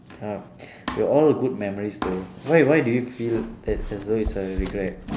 uh there were all good memories though why why do you feel that as though it's a regret